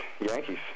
Yankees